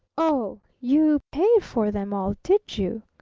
oh you paid for them all, did you?